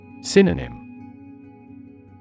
Synonym